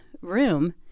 room